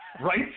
Right